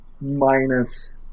minus